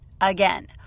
Again